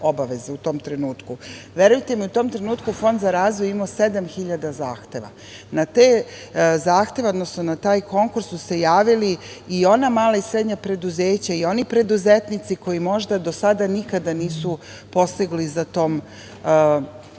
u tom trenutku. Verujte mi, u tom trenutku je Fond za razvoj imao sedam hiljada zahteva. Na te zahteve, odnosno na taj konkurs su se javila i ona mala i srednja preduzeća i oni preduzetnici koji možda do sada nikada nisu posegli za tim korakom